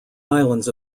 islands